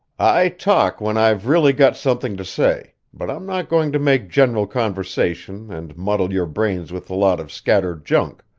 i talk when i've really got something to say, but i'm not going to make general conversation and muddle your brains with a lot of scattered junk,